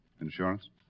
Insurance